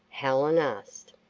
helen asked.